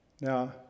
Now